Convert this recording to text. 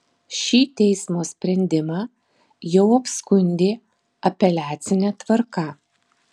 šį teismo sprendimą jau apskundė apeliacine tvarka